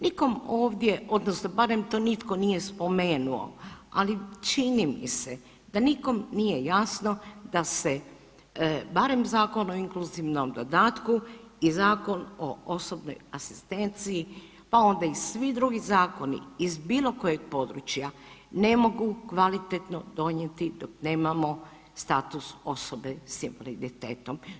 Nikom ovdje, odnosno barem to nitko nije spomenuo, ali čini mi se da nikom nije jasno da se barem Zakon o inkluzivnom dodatku i Zakon o osobnoj asistenciji, pa onda i svi drugi zakoni iz bilo kojeg područja ne mogu kvalitetno donijeti dok nemamo status osobe s invaliditetom.